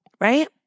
right